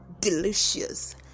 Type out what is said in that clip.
delicious